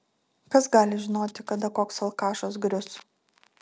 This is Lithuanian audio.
kas gali žinoti kada koks alkašas grius